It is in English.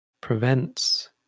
prevents